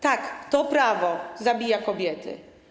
Tak, to prawo zabija kobiety.